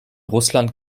russland